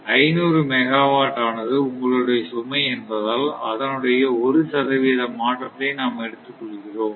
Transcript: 500 megawatt ஆனது உங்களுடைய சுமை என்பதால் அதனுடைய ஒரு சதவிகித மாற்றத்தை நாம் எடுத்துக் கொள்கிறோம்